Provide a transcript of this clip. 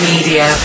Media